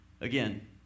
Again